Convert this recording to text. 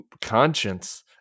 conscience